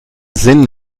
sinn